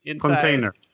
container